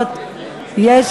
חסרה לנו חתימה אחת,